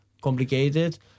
complicated